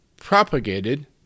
propagated